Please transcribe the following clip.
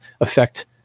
affect